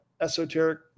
esoteric